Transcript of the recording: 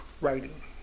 writing